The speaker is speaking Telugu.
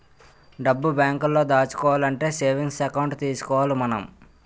డబ్బు బేంకులో దాచుకోవాలంటే సేవింగ్స్ ఎకౌంట్ తీసుకోవాలి మనం